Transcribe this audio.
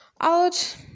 out